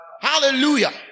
Hallelujah